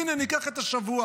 הינה, ניקח את השבוע.